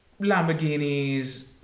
Lamborghinis